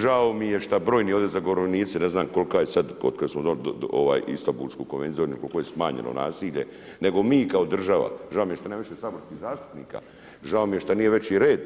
Žao mi je što ovdje brojni zagovornici, ne znam kolika je sada od kada smo Istanbulsku konvenciju donijeli koliko je smanjeno nasilje, nego mi kao država, žao mi je šta nema više saborskih zastupnika, žao mi je šta nije veći red